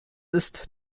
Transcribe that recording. ist